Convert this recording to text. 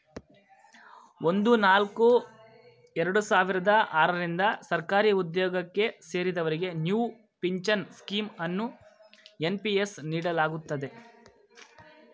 ಒಂದು ನಾಲ್ಕು ಎರಡು ಸಾವಿರದ ಆರ ರಿಂದ ಸರ್ಕಾರಿಉದ್ಯೋಗಕ್ಕೆ ಸೇರಿದವರಿಗೆ ನ್ಯೂ ಪಿಂಚನ್ ಸ್ಕೀಂ ಅನ್ನು ಎನ್.ಪಿ.ಎಸ್ ನೀಡಲಾಗುತ್ತದೆ